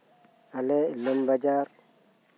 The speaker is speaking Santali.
ᱤᱞᱟᱢᱵᱟᱡᱟᱨ